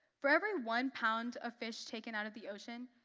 for every one pound of fish taken out of the ocean,